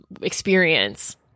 experience